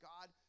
God